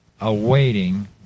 awaiting